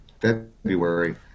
February